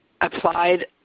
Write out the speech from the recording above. Applied